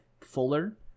fuller